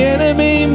enemy